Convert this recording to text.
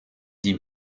die